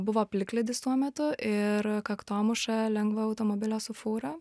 buvo plikledis tuo metu ir kaktomuša lengvojo automobilio su fūra